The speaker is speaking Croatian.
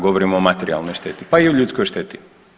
Govorim o materijalnoj šteti pa i o ljudskoj šteti.